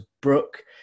Brooke